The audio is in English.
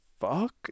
fuck